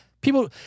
People –